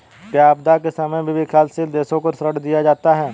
क्या आपदा के समय भी विकासशील देशों को ऋण दिया जाता है?